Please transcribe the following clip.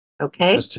Okay